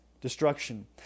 destruction